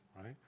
right